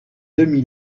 demi